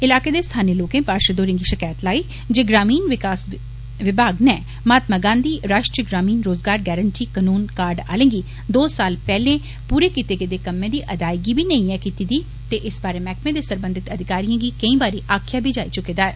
इलाकें दे स्थानिय लोकें पारषद होरें गी शकैत लाई जे ग्रामीण विकास नै महात्मा गांधी राष्ट्रीय ग्रामीण रोजुगार गारण्टी कनून कार्ड आलें गी दो साल पैहलें पूरे कीते गेदे कम्मैं दी अदायगी बी नेई ऐ कीती दी ते इस बारै महकमे दे सरबंधित अधिकारिए गी केई बारी आक्खेआ बी जाई चुके दा ऐ